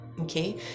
okay